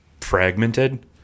fragmented